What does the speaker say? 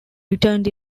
returned